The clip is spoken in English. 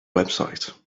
website